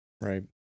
Right